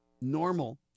normal